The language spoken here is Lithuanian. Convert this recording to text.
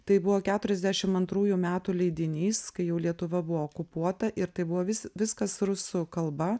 tai buvo keturiasdešim antrųjų metų leidinys kai jau lietuva buvo okupuota ir tai buvo vis viskas rusų kalba